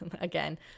again